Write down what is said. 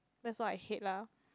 that's what I hate lah